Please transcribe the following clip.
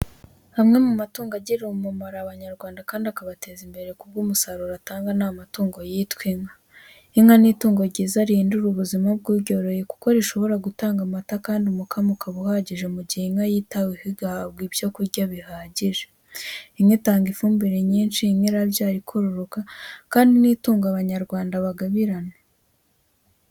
Amwe mu matungo agirira umumaro Abanyarwanda kandi akabateza imbere ku bw'umusaruro atanga ni amatungo yitwa inka. Inka ni itungo ryiza kandi rihindura ubuzima bw'uryoroye kuko rishobora gutanga amata kandi umukamo ukaba uhagije mu gihe inka yitaweho igahabwa ibyo kurya bihagije, inka itanga ifumbire nyinshi, inka irabyara ikororoka kandi ni itungo Abanyarwanda bagabirana.